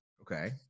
Okay